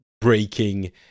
breaking